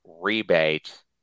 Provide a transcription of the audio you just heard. rebate